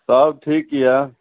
सब ठीक यए